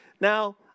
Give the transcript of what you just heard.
Now